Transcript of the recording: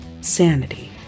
sanity